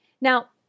Now